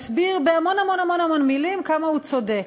בהמון המון המון מילים כמה הוא צודק.